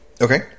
Okay